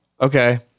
Okay